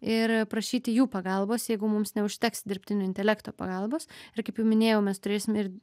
ir prašyti jų pagalbos jeigu mums neužteks dirbtinio intelekto pagalbos ir kaip jau minėjau mes turėsim ir